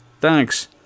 Thanks